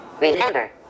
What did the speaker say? Remember